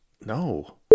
No